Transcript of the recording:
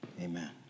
amen